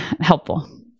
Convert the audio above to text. helpful